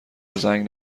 زنگ